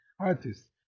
artists